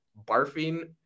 barfing